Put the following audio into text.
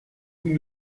vous